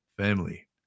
family